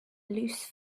loose